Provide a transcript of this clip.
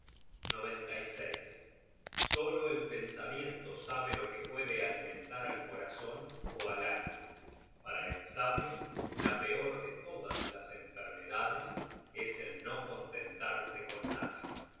sabio en loco solo el pensamiento sabe lo que puede alimentar al corazon ó al ánimo para el sabio la peor de todas las enfermedades es el no contentarse con nada